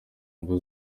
ngo